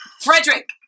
Frederick